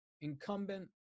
incumbent